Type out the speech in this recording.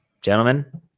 Gentlemen